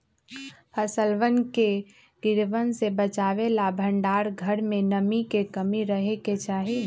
फसलवन के कीड़वन से बचावे ला भंडार घर में नमी के कमी रहे के चहि